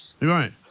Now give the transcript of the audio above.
right